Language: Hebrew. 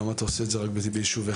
למה אתה עושה את זה רק ביישוב אחד?